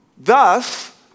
Thus